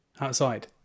outside